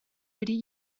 wedi